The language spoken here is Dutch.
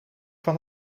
van